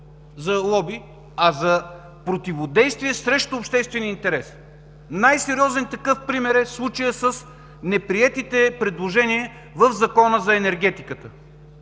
за лоби, а за противодействие срещу обществения интерес. Най-сериозен такъв пример е случаят с неприетите предложения в Закона за енергетиката,